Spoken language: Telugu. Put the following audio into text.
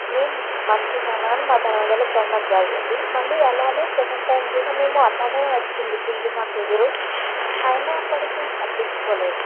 మేం మంచిగా ఉన్నా గానీ మా తరవాతోళ్ళకి గండం జరిగింది మళ్ళీ అలానే సెకండ్ టైం కూడా మేము అట్లానే వచ్చింది పిల్లి మాకెదురు అయినప్పటికీ మేము పట్టించుకోలేదు